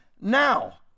now